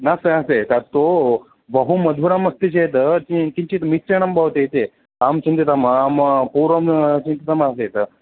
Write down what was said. नास्ति नास्ति तत्तु बहु मधुरम् अस्ति चेत् किञ्चित् मिश्रणं भवति इति अहं चिन्तितम् अहं पूर्वं चिन्तितम् आसीत्